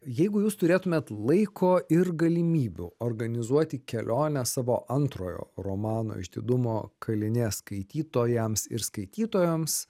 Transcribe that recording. jeigu jūs turėtumėt laiko ir galimybių organizuoti kelionę savo antrojo romano išdidumo kalinės skaitytojams ir skaitytojoms